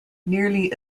nearly